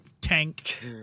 Tank